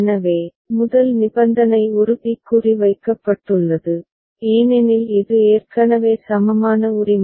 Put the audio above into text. எனவே முதல் நிபந்தனை ஒரு டிக் குறி வைக்கப்பட்டுள்ளது ஏனெனில் இது ஏற்கனவே சமமான உரிமை